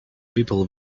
people